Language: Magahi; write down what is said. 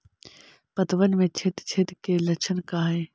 पतबन में छेद छेद के लक्षण का हइ?